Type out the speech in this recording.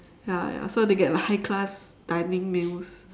ya ya so they get like high class dining meals